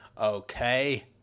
okay